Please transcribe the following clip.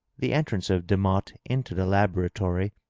the entrance of demotte into the laboratory,